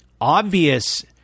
obvious